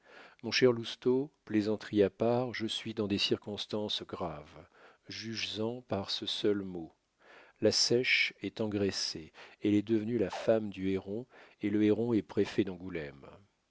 mon cher lousteau plaisanterie à part je suis dans des circonstances graves juges en par ce seul mot la seiche est engraissée elle est devenue la femme du héron et le héron est préfet